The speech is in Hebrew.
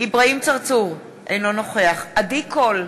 אברהים צרצור, אינו נוכח עדי קול,